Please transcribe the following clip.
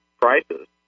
prices